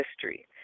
history